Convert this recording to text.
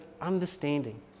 understanding